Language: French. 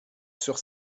sur